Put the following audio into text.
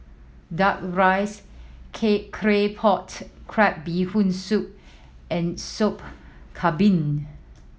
Duck Rice Claypot Crab Bee Hoon Soup and Sop Kambing